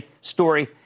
story